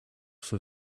for